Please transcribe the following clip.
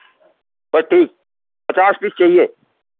بس ٹھیک پچاس پیس چاہیے